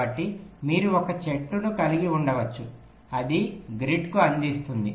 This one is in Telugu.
కాబట్టి మీరు ఒక చెట్టును కలిగి ఉండవచ్చు అది గ్రిడ్కు అంది ఇస్తుంది